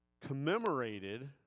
commemorated